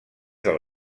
del